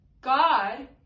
God